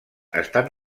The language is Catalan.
estan